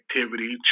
activity